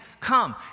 come